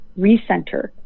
recenter